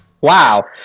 Wow